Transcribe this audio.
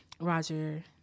Roger